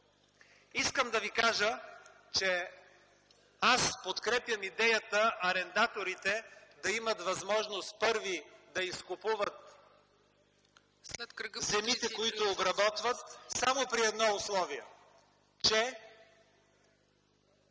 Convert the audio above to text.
в комасиран вид. Аз подкрепям идеята арендаторите да имат възможност първи да изкупуват земите, които обработват само при едно условие,